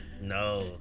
No